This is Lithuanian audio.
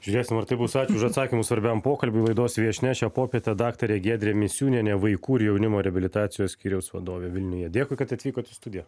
žiūrėsim ar tai bus čiū už atsakymus svarbiam pokalbiui laidos viešnia šią popietę daktarė giedrė misiūnienė vaikų ir jaunimo reabilitacijos skyriaus vadovė vilniuje dėkui kad atvykot į studiją